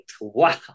Wow